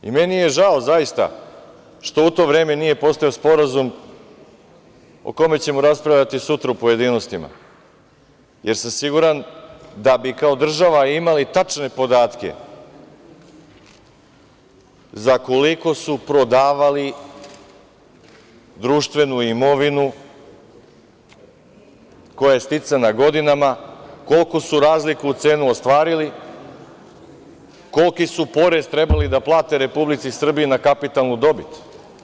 Meni je žao zaista što u to vreme nije postojao sporazum o kome ćemo raspravljati sutra u pojedinostima, jer sam siguran da bi kao država imali tačne podatke za koliko su prodavali društvenu imovinu koja je sticana godinama, koliku su razliku u ceni ostvarili, koliki su porez trebali da plate Republici Srbiji na kapitalnu dobit.